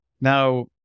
Now